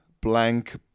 blank